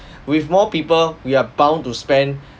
with more people we are bound to spend